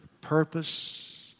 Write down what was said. purpose